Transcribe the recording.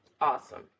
awesome